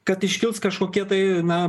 kad iškils kažkokie tai na